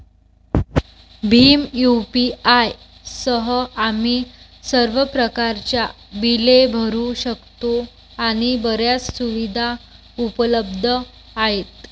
Bhim UPI सह, आम्ही सर्व प्रकारच्या बिले भरू शकतो आणि बर्याच सुविधा उपलब्ध आहेत